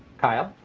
kyle.